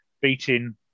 beating